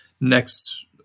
next